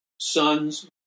sons